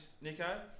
Nico